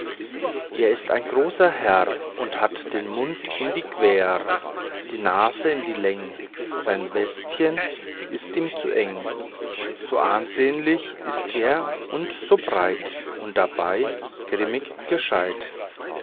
es ist ein großer herr und hat den mund in die quer die nase in die läng sein westchen ist ihm zu eng so ansehnlich ist er und so breit und dabei grimmig gescheit